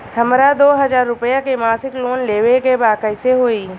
हमरा दो हज़ार रुपया के मासिक लोन लेवे के बा कइसे होई?